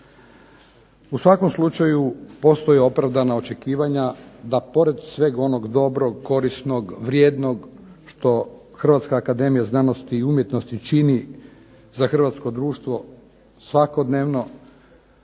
U svakom slučaju postoje opravdana očekivanja da pored svega onog dobrog, korisnog, vrijednog što HAZU čini za hrvatsko društvo svakodnevno